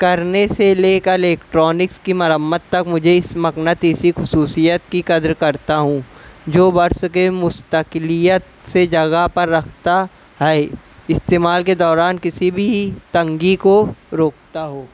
کرنے سے لے کر الیکٹرانکس کی مرمت تک مجھے اس مقناطیسی خصوصیت کی قدر کرتا ہوں جو بٹس کے مستقلیت سے جگہ پر رکھتا ہے استعمال کے دوران کسی بھی تنگی کو روکتا ہو